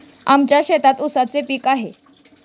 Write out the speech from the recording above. आमच्या शेतात ऊसाचे पीक आहे